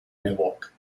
miwok